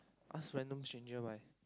ask random stranger buy